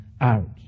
out